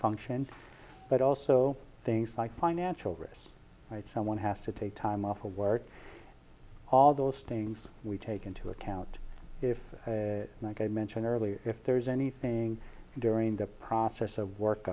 function but also things like financial risks right someone has to take time off to work all those things we take into account if like i mentioned earlier if there's anything during the process of work